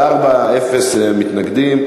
בעד, 4, אין מתנגדים.